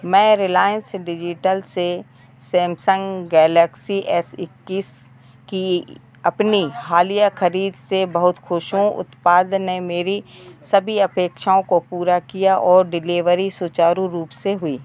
मैं Reliance Digital से Samsung Galaxy S इक्कीस की अपनी हालिया खरीद से बहुत खुश हूँ उत्पाद ने मेरी सभी अपेक्षाओं को पूरा किया और डिलीवरी सुचारु रूप से हुई